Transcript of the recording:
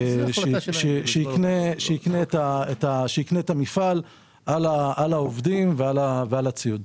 שיקנה את המפעל עם העובדים והציוד.